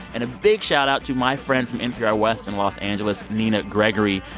and a big shoutout to my friend from npr west in los angeles, nina gregory,